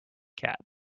cat